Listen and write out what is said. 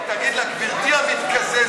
תגיד לה: גברתי המתקזזת,